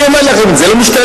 אני אומר לכם את זה, לא משתלם.